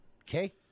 Okay